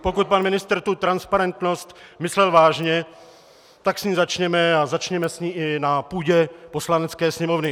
Pokud pan ministr tu transparentnost myslel vážně, tak s ní začněme a začněme s ní i na půdě Poslanecké sněmovny.